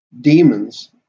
demons